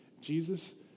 Jesus